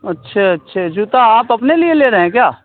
اچھا اچھا جوتا آپ اپنے لیے لے رہے ہیں کیا